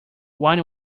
wine